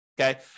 Okay